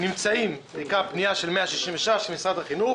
בעיקר הפנייה של --- משרד החינוך